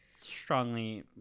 strongly